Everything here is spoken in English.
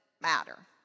matter